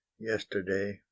yesterday